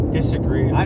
disagree